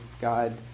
God